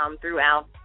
throughout